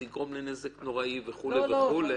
זה יגרום לנזק נוראי וכולי -- לא,